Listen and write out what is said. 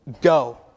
go